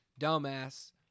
dumbass